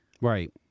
Right